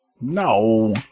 No